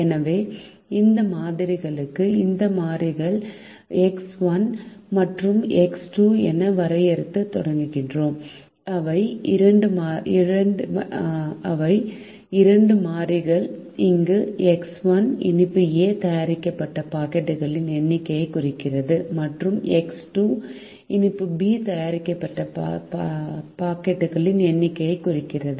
எனவே இந்த மாறிகளுக்கு இந்த மாறிகள் எக்ஸ் 1 மற்றும் எக்ஸ் 2 என வரையறுக்கத் தொடங்குகிறோம் அவை இரண்டு மாறிகள் இங்கு எக்ஸ் 1 இனிப்பு A தயாரிக்கப்பட்ட பாக்கெட்டுகளின் எண்ணிக்கையை குறிக்கிறது மற்றும் எக்ஸ் 2 இனிப்பு பி தயாரிக்கப்பட்ட பாக்கெட்டுகளின் எண்ணிக்கையை குறிக்கிறது